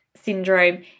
syndrome